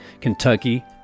Kentucky